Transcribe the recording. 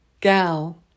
gal